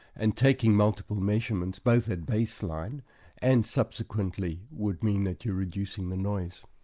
and taking multiple measurements, both at baseline and subsequently would mean that you're reducing the noise.